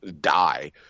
die